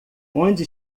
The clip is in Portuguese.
onde